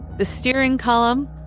the steering column.